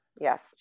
Yes